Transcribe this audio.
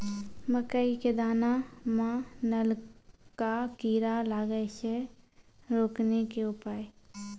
मकई के दाना मां नल का कीड़ा लागे से रोकने के उपाय?